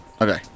Okay